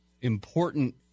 important